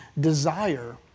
desire